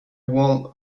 wall